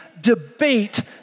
debate